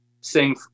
sing